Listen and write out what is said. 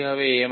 এটি হবে